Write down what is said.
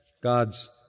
God's